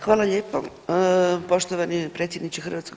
Hvala lijepo poštovani predsjedniče HS.